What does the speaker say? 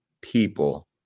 people